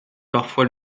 parfois